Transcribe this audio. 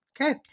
Okay